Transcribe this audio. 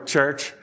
church